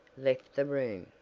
left the room.